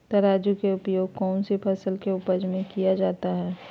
तराजू का उपयोग कौन सी फसल के उपज में किया जाता है?